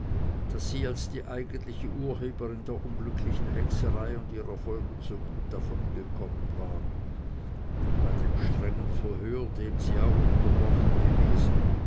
daß sie als die eigentliche urheberin der unglücklichen hexerei und ihrer folgen so gut davongekommen war bei dem strengen verhör dem sie auch unterworfen gewesen